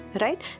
right